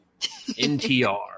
NTR